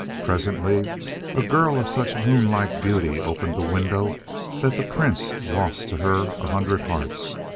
presently a girl of such moon-like beauty opened a window that the prince lost to her a hundred hearts.